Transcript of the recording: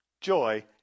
joy